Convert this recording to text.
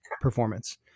performance